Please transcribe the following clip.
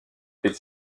est